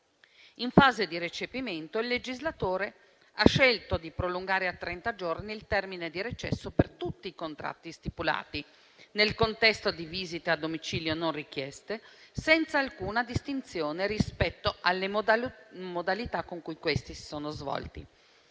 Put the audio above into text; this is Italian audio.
in fase di recepimento, il legislatore ha scelto di prolungare a trenta giorni il termine di recesso per tutti i contratti stipulati, nel contesto di visite a domicilio non richieste, senza alcuna distinzione rispetto alle modalità con cui questi sono svolti.